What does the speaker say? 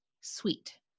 sweet